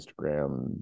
Instagram